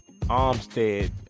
Armstead